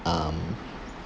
um